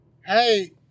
Hey